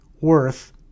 worth